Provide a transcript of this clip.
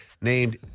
named